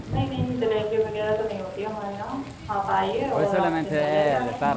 نہیں نہیں ڈلیوری وغیرہ تو نہیں ہوتی ہمارے یہاں آپ آئیے اور آپ لے جائیے آ کے